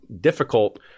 difficult